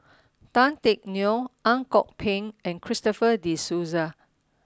Tan Teck Neo Ang Kok Peng and Christopher De Souza